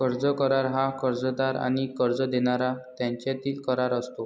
कर्ज करार हा कर्जदार आणि कर्ज देणारा यांच्यातील करार असतो